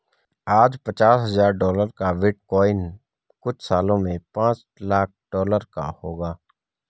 आज पचास हजार डॉलर का बिटकॉइन कुछ सालों में पांच लाख डॉलर का होगा